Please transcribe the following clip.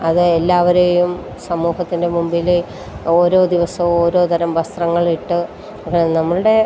അത് എല്ലാവരെയും സമൂഹത്തിൻ്റെ മുമ്പിൽ ഓരോ ദിവസവും ഓരോ തരം വസ്ത്രങ്ങളിട്ട് നമ്മളുടെ